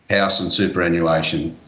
house and superannuation.